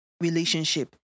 relationship